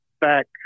back